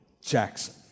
Jackson